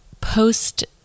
post